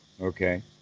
Okay